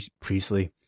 Priestley